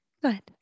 Good